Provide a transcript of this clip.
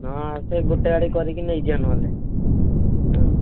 ହଁ ସେ ଗୋଟେ ଗାଡ଼ି କରିକି ନେଇଯିବା ନହେଲେ ହଁ